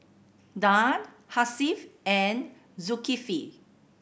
Dhia Hasif and Zulkifli